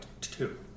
two